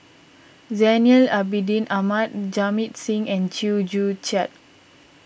Zainal Abidin Ahmad Jamit Singh and Chew Joo Chiat